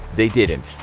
they didn't.